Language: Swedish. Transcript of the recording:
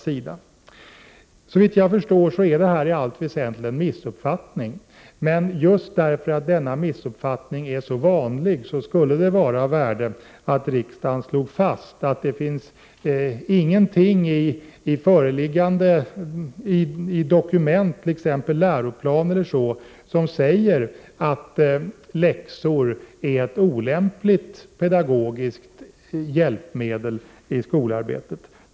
Men såvitt jag förstår är detta i allt väsentligt en missuppfattning. Men just 30 november 1988 därför att denna missuppfattning är så vanlig, vore det av värde att riksdagen slog fast att det i föreliggande dokument, t.ex. läroplanen, inte finns någonting som säger att läxor är ett olämpligt pedagogiskt hjälpmedel i skolarbetet.